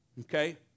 Okay